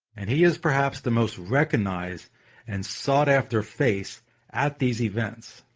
and he is perhaps the most recognized and sought-after face at these events